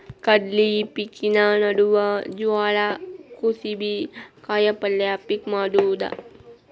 ಕಡ್ಲಿ ಪಿಕಿನ ನಡುವ ಜ್ವಾಳಾ, ಕುಸಿಬಿ, ಕಾಯಪಲ್ಯ ಪಿಕ್ ಮಾಡುದ